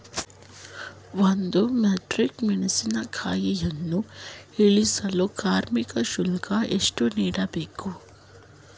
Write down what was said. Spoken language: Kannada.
ಒಂದು ಮೆಟ್ರಿಕ್ ಮೆಣಸಿನಕಾಯಿಯನ್ನು ಇಳಿಸಲು ಕಾರ್ಮಿಕ ಶುಲ್ಕ ಎಷ್ಟು ನೀಡಬೇಕು?